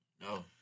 No